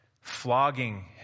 flogging